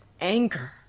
anger